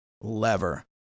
lever